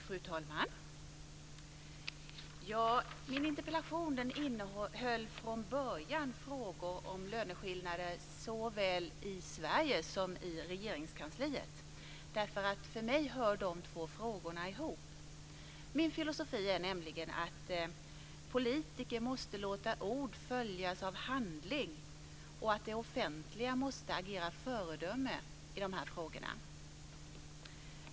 Fru talman! Min interpellation innehöll från början frågor om löneskillnader såväl i Sverige som i Regeringskansliet. För mig hör de två frågorna ihop. Min filosofi är nämligen att politiker måste låta ord följas av handling och att det offentliga måste agera föredöme i dessa frågor.